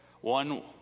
One